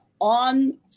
on